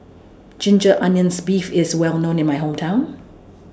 Ginger Onions Beef IS Well known in My Hometown